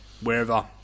wherever